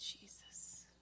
Jesus